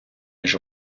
між